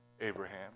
Abraham